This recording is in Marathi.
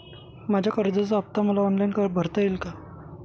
माझ्या कर्जाचा हफ्ता मला ऑनलाईन भरता येईल का?